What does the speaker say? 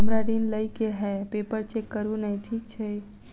हमरा ऋण लई केँ हय पेपर चेक करू नै ठीक छई?